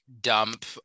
dump